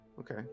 Okay